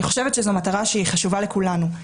אני חושבת שזו מטרה חשובה לכולנו,